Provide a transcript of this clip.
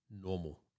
normal